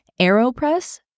AeroPress